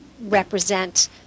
represent